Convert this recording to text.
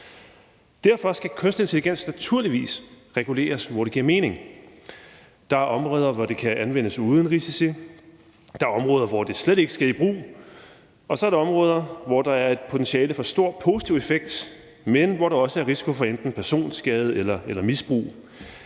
Derfor skal kunstig intelligens naturligvis reguleres, hvor det giver mening. Der er områder, hvor det kan anvendes uden risici. Der er områder, hvor det slet ikke skal i brug. Og så er der områder, hvor der er et potentiale for stor positiv effekt, men hvor der også er risiko for enten personskade eller misbrug.